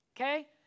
Okay